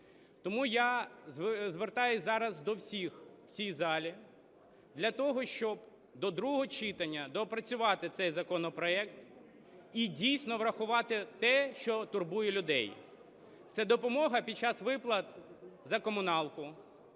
Тому я звертаюся зараз до всіх в цій залі для того, щоб до другого читання доопрацювати цей законопроект і дійсно врахувати те, що турбує людей. Це допомога під час виплат за комуналку,